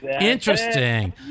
Interesting